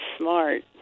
smart